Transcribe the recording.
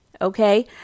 okay